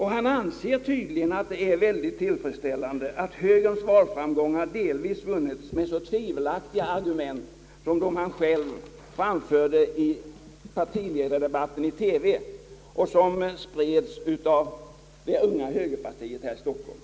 Han anser tydligen att det är helt tillfredsställande att högerns valframgångar delvis vunnits med så tvivelaktiga argument som dem som han själv framförde i partiledardebatten i TV och som sprids av det Unga högerpartiet i Stockholm.